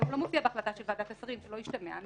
בהחלטה של ועדת השרים, שלא ישתמע.